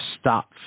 stop